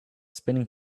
spinning